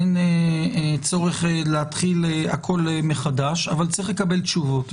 אין צורך להתחיל הכול מחדש, אבל צריך לקבל תשובות.